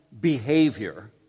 behavior